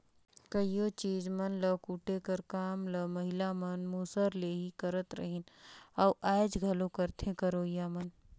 कइयो चीज मन ल कूटे कर काम ल महिला मन मूसर ले ही करत रहिन अउ आएज घलो करथे करोइया मन